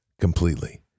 completely